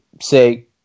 say –